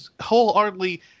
wholeheartedly